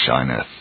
shineth